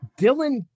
Dylan